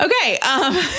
Okay